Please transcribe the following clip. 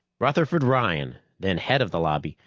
rutherford ryan, then head of the lobby,